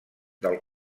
del